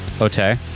Okay